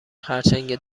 خرچنگ